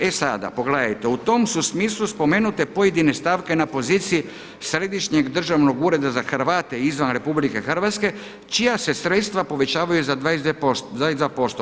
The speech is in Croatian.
E sada, pogledajte, u tom su smislu spomenute pojedine stavke na poziciji Središnjeg državnog ureda za Hrvate izvan RH čija se sredstva povećavaju za 22%